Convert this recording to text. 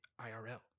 IRL